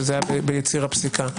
שהיה ביציר הפסיקה,